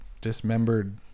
dismembered